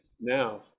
now